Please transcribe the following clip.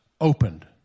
opened